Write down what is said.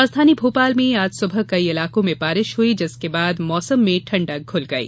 राजधानी भोपाल में आज सुबह कई इलाकों में बारिश हई जिसके बाद मौसम में ठण्डक घूल गई